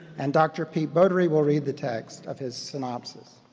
and dr. pete bodary will read the text of his synopsis.